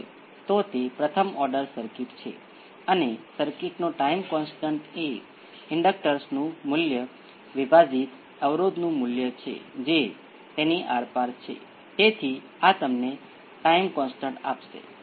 પછી આપણે પ્રથમ ઓર્ડરના કેસમાં ટાઈમ કોંસ્ટંટ જોઈએ છીએ ટાઈમ કોંસ્ટંટ ટાઉ જે R C છે જે લાક્ષણિક સમીકરણના ઉકેલ ઉપર 1 બાય p 1 છે